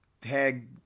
tag